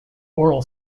oral